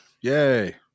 Yay